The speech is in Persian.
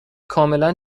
کاملا